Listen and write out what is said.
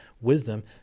wisdom